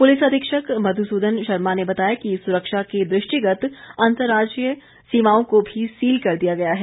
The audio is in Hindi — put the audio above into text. पुलिस अधीक्षक मधुसूदन शर्मा ने बताया कि सुरक्षा के दृष्टिगत अंजर्राज्यीय सीमाओं को भी सील कर दिया गया है